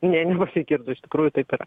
ne nepasigirdo iš tikrųjų taip yra